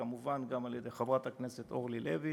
וכמובן גם על-ידי חברת הכנסת אורלי לוי,